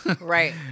Right